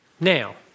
now